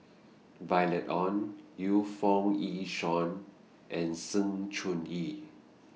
Violet Oon Yu Foo Yee Shoon and Sng Choon Yee